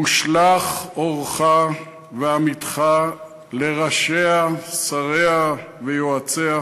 ושלח אורך ואמיתך לראשיה, שריה ויועציה,